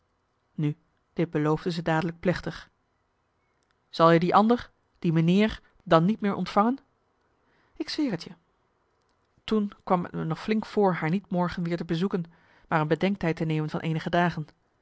nu dit beloofde ze dadelijk plechtig zal je die ander die meneer dan niet meer ontvangen ik zweer t je toen kwam t me nog flink voor haar niet morgen weer te bezoeken maar een bedenktijd te nemen van eenige dagen